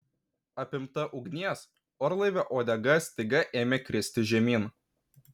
apimta ugnies orlaivio uodega staiga ėmė kristi žemyn